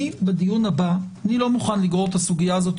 אני לא מוכן לגרור יותר את הסוגיה הזאת,